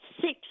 six